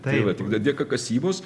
tai va tik dėka kasybos